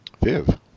Viv